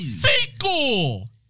fecal